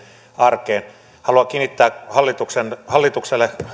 arkeen haluan kiinnittää hallituksen